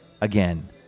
again